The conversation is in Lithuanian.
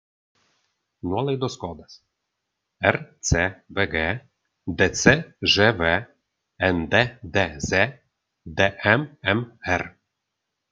nuolaidos kodas rcvg dcžv nddz dmmr